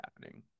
happening